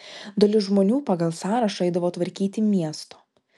dalis žmonių pagal sąrašą eidavo tvarkyti miesto